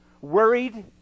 worried